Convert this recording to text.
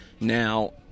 Now